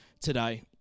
today